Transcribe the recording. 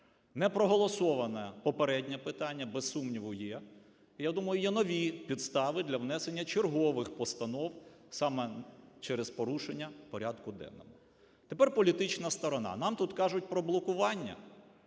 не проголосоване попереднє питання? Без сумніву, є. Я думаю є нові підстави для внесення чергових постанов, саме через порушення порядку денного. Тепер політична сторона. Нам тут кажуть про блокування.